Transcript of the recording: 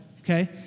okay